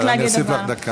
רק להגיד דבר.